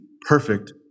perfect